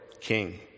king